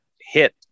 hit